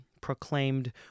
proclaimed